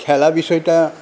খেলা বিষয়টা